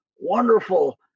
wonderful